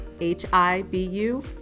H-I-B-U